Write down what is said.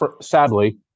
sadly